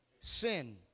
Sin